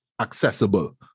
accessible